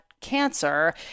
cancer